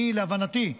להבנתי,